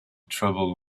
trouble